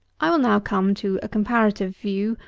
i will now come to a comparative view,